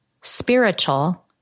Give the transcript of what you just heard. spiritual